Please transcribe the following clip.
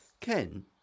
Ken